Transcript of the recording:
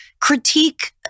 critique